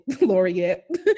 laureate